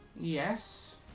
Yes